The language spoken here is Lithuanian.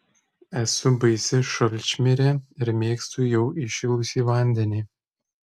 esu baisi šalčmirė ir mėgstu jau įšilusį vandenį